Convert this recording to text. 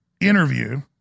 interview